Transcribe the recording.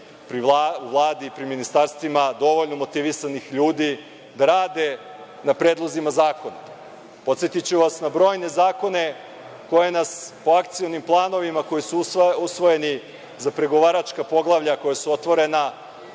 Vladi, pri ministarstvima, dovoljno motivisanih ljudi da rade na predlozima zakona. Podsetiću vas na brojne zakone koje nas po akcionim planovima koji su usvojeni za pregovaračka poglavlja koja su otvorena,